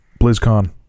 BlizzCon